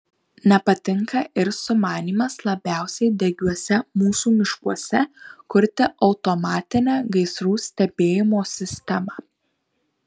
nepatinka ir sumanymas labiausiai degiuose mūsų miškuose kurti automatinę gaisrų stebėjimo sistemą